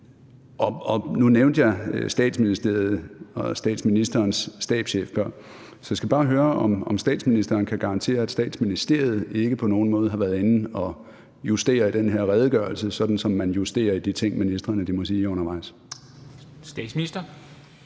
nu nævnte jeg Statsministeriet og statsministerens stabschef før. Så jeg skal bare høre, om statsministeren kan garantere, at Statsministeriet ikke på nogen måde har været inde at justere i den her redegørelse, sådan som man justerer i de ting, ministrene må sige undervejs. Kl.